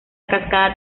cascada